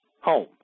home